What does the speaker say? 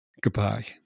Goodbye